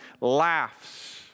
laughs